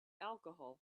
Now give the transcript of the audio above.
alcohol